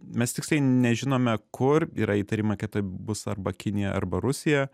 mes tiksliai nežinome kur yra įtarimai kad tai bus arba kinija arba rusija